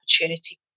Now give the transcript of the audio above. opportunity